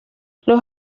los